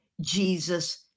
Jesus